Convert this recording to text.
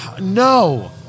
No